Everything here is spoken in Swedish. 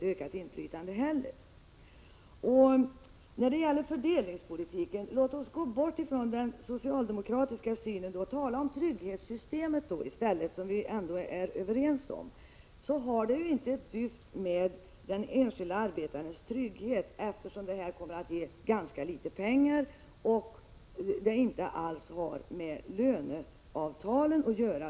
Låt oss i det avseendet ett ögonblick komma bort ifrån den socialdemokratiska synen och i stället tala om det sociala trygghetssystemet, som vi ändå är överens om! Den föreslagna avgiftsbeläggningen har inte ett dyft att göra med den enskilde arbetarens trygghet! Dels handlar det om väldigt litet pengar per år, dels har andelarna inte alls med löneavtalen att göra.